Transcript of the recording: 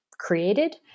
created